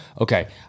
okay